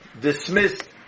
dismissed